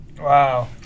Wow